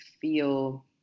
feel